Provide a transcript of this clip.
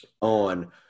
on